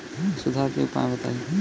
सुधार के उपाय बताई?